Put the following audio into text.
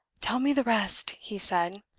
tell me the rest, he said,